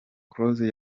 close